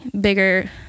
bigger